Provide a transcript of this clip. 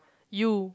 you